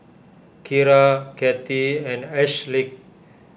Keira Cathey and Ashleigh